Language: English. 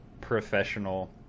professional